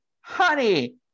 Honey